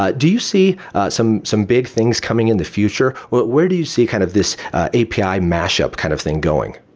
ah do you see some some big things coming in the future? where where do you see kind of this api mash-up kind of thing going?